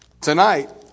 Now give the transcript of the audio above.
Tonight